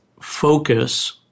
focus